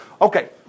Okay